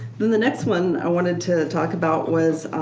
then the next one i wanted to talk about was,